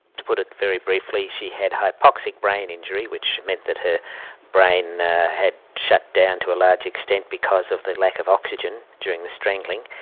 to put it very briefly, she had hypoxic brain injury, which meant that her brain had shut down to a large extent because of the lack of oxygen during the strangling.